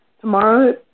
tomorrow